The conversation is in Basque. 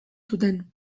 zuten